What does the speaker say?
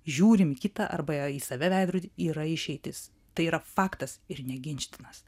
žiūrim į kitą arba į save veidrody yra išeitis tai yra faktas ir neginčytinas